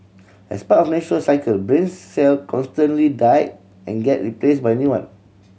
as part of natural cycle brain cell constantly die and get replaced by new one